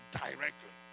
directly